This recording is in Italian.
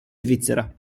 svizzera